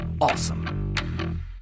awesome